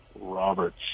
Roberts